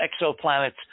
exoplanets